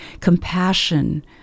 compassion